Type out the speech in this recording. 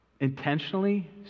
intentionally